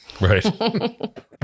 Right